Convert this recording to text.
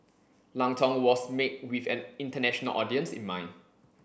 Lang Tong was made with an international audience in mind